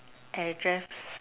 address